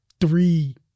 Three